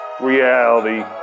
reality